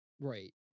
Right